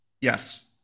Yes